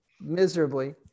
miserably